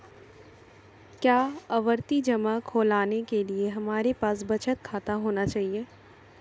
क्या आवर्ती जमा खोलने के लिए हमारे पास बचत खाता होना चाहिए?